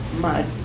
mud